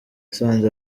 yasanze